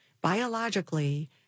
biologically